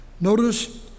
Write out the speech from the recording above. Notice